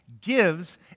gives